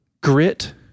grit